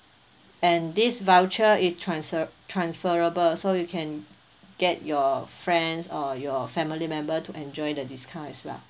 and this voucher is transf~ transferable so you can get your friends or your family member to enjoy the discount as well